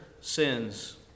sins